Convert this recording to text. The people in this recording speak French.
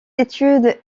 études